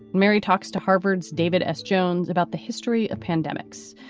mary talks to harvard's david s. jones about the history of pandemics.